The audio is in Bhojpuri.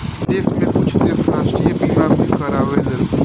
विदेश में कुछ देश राष्ट्रीय बीमा भी कारावेलन